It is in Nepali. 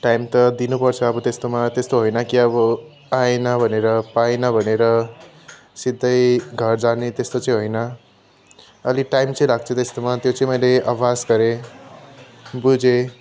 टाइम त दिनुपर्छ अब त्यस्तोमा त्यस्तो होइन कि अब पाएन भनेर पाएन भनेर सिधै घर जाने त्यस्तो चाहिँ होइन अलिक टाइम चाहिँ लाग्छ त्यस्तोमा त्यो चाहिँ मैले आभास गरेँ बुझेँ